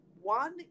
one